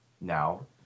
now